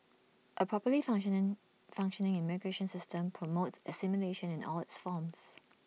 A properly functioning functioning immigration system promotes assimilation in the all its forms